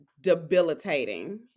debilitating